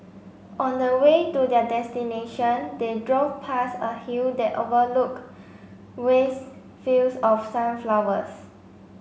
on the way to their destination they drove past a hill that overlook with fields of sunflowers